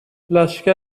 لشکر